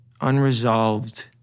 unresolved